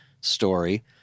story